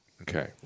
Okay